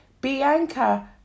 Bianca